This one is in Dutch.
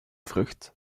vrucht